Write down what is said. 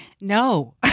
No